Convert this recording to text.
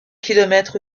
kilomètres